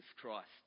Christ